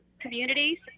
communities